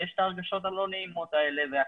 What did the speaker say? יש את התחושות הלא נעימות האלה והכול.